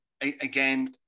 again